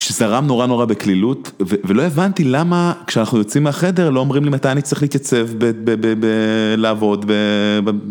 שזרם נורא נורא בקלילות, ולא הבנתי למה כשאנחנו יוצאים מהחדר לא אומרים לי מתי אני צריך להתייצב בלעבוד.